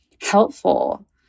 helpful